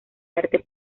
arte